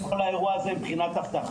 אני מנהל את כל האירוע הזה מבחינת אבטחה.